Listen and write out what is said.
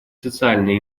социальная